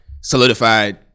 solidified